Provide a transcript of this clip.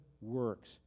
works